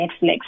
Netflix